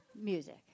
Music